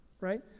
right